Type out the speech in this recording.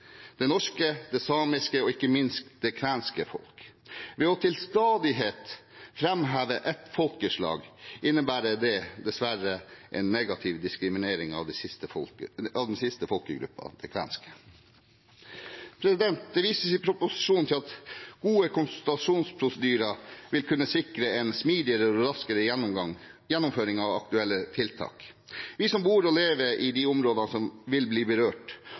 det norske, det samiske og ikke minst det kvenske folk. Å framheve ett folkeslag til stadighet innebærer dessverre en negativ diskriminering av den siste folkegruppen – den kvenske. Det vises i proposisjonen til at gode konsultasjonsprosedyrer vil kunne sikre en smidigere og raskere gjennomføring av aktuelle tiltak. Vi som bor og lever i de områdene som vil bli berørt,